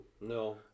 No